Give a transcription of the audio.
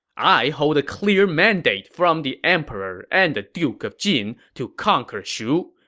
i hold a clear mandate from the emperor and the duke of jin to conquer shu.